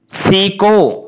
सीखो